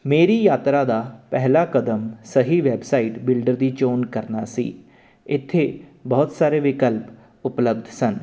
ਮੇਰੀ ਯਾਤਰਾ ਦਾ ਪਹਿਲਾ ਕਦਮ ਸਹੀ ਵੈੱਬਸਾਈਟ ਬਿਲਡਰ ਦੀ ਚੋਣ ਕਰਨਾ ਸੀ ਇੱਥੇ ਬਹੁਤ ਸਾਰੇ ਵਿਕਲਪ ਉਪਲੱਬਧ ਸਨ